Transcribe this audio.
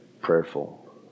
prayerful